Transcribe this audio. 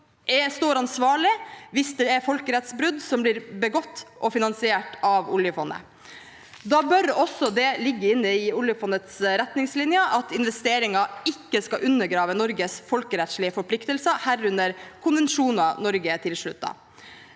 står ansvarlig hvis det er folkerettsbrudd som blir begått og finansiert av oljefondet. Da bør det også ligge inne i oljefondets retningslinjer at investeringer ikke skal undergrave Norges folkerettslige forpliktelser, herunder konvensjoner Norge er tilsluttet.